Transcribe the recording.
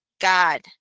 God